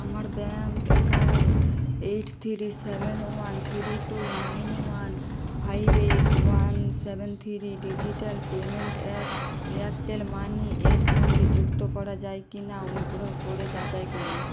আমার bank account eight three seven one three two nine one five eight one seven three digital payment app Airtel money এর সঙ্গে যুক্ত করা যায় কি না অনুগ্রহ করে যাচাই করুন